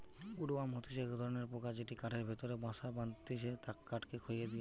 would worm হতিছে এক ধরণের পোকা যেটি কাঠের ভেতরে বাসা বাঁধটিছে কাঠকে খইয়ে দিয়া